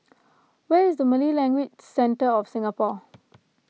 where is Malay Language Centre of Singapore